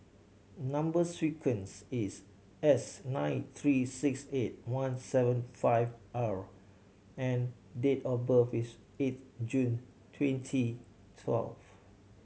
number sequence is S nine three six eight one seven five R and date of birth is eight June twenty twelve